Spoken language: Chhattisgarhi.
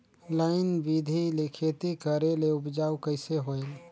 लाइन बिधी ले खेती करेले उपजाऊ कइसे होयल?